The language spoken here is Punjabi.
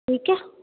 ਠੀਕ ਆ